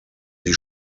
die